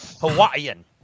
Hawaiian